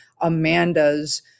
Amanda's